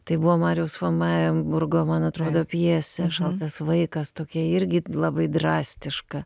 tai buvo mariaus fon maenburgo man atrodo pjesė šaltas vaikas tokia irgi labai drastiška